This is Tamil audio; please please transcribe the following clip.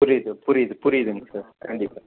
புரியுது புரியுது புரியுதுங்க சார் கண்டிப்பாக